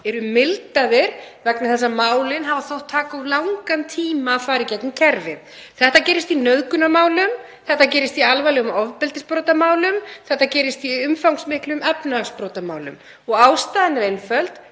eru mildaðir vegna þess að málin hafa þótt taka of langan tíma að fara í gegnum kerfið. Þetta gerist í nauðgunarmálum, þetta gerist í alvarlegum ofbeldisbrotamálum, þetta gerist í umfangsmiklum efnahagsbrotamálum. Ástæðan er einföld: